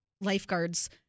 lifeguards